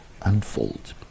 unfold